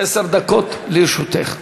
עשר דקות לרשותך.